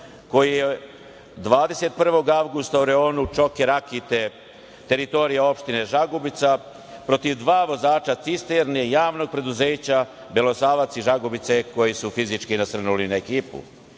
koji je 21. avgusta u reonu Čoke Rakite, teritorije opštine Žagubica, protiv dva vozača cisterne, JP "Belosavac" iz Žagubice koji su fizički nasrnuli na